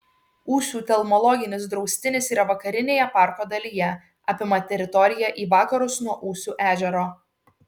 ūsių telmologinis draustinis yra vakarinėje parko dalyje apima teritoriją į vakarus nuo ūsių ežero